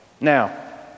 Now